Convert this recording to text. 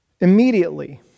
immediately